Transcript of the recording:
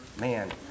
man